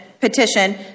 petition